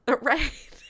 Right